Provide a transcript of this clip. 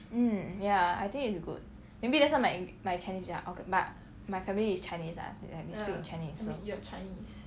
mm ya I think it's good maybe that's why my eng~ my chinese 比较 awk~ but my family is chinese [what] like is good in chinese